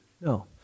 No